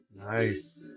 Nice